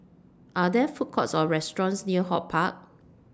Are There Food Courts Or restaurants near HortPark